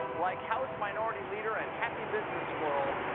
like house minority leader and happy business squirrel,